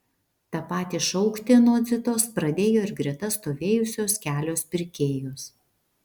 tą patį šaukti anot zitos pradėjo ir greta stovėjusios kelios pirkėjos